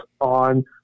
on